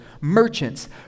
merchants